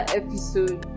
episode